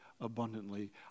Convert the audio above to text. abundantly